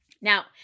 Now